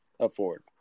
Afford